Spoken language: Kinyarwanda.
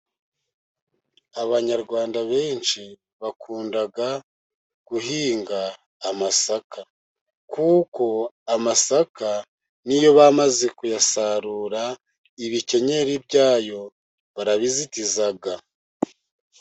Abanyarwanda benshi bakunda guhinga amasaka, kuko amasaka n'iyo bamaze kuyasarura, ibikenyeri byayo barabizitiza.